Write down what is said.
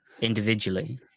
individually